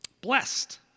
blessed